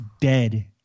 dead